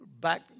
back